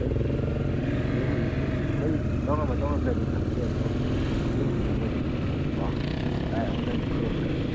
ꯑꯗꯨꯅꯤ ꯑꯗꯨꯝꯕꯗꯨꯁꯨ ꯍꯧꯖꯤꯛꯇꯤ ꯇꯧꯔꯝꯗ꯭ꯔꯥ ꯇꯧꯔꯝꯃꯣꯏꯗ꯭ꯔꯥꯗꯤ ꯈꯪꯗꯦ ꯑꯗꯨ ꯌꯦꯡꯗꯤ ꯌꯦꯡꯉꯨꯁꯤ ꯀꯣ ꯂꯥꯏ ꯑꯃꯨꯛꯇꯪꯗꯤ ꯈꯨꯔꯨꯝꯕ ꯐꯩ